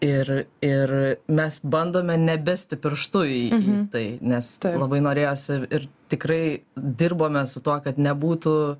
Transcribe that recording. ir ir mes bandome ne besti pirštu į į tai nes labai norėjosi ir tikrai dirbome su tuo kad nebūtų